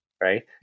right